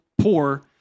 poor